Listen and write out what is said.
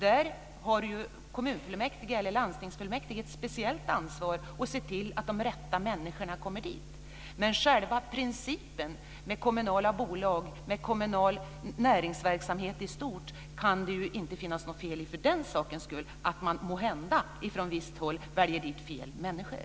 Då har ju kommunfullmäktige och landstingsfullmäktige ett speciellt ansvar för att se till att de rätta människorna kommer dit. Men själva principen med kommunala bolag, med kommunal näringsverksamhet i stort, kan det ju inte vara något fel på bara för att man måhända från visst håll väljer dit fel människor.